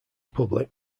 public